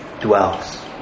dwells